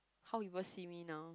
how people see me now